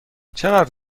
چقدر